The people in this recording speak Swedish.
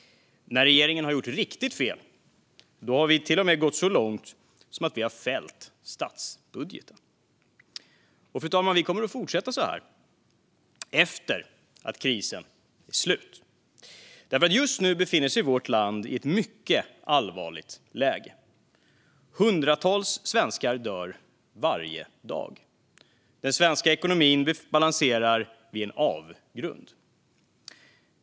När regeringen har gjort riktigt fel har vi gått så långt som till att fälla statsbudgeten, och så, fru talman, kommer vi att fortsätta när krisen är slut. Just nu befinner sig vårt land i ett mycket allvarligt läge. Hundratals svenskar dör varje dag. Den svenska ekonomin balanserar vid en avgrund.